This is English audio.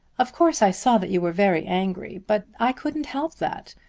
of course i saw that you were very angry, but i couldn't help that.